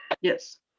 Yes